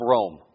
Rome